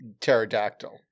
pterodactyl